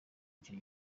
icyo